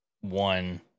one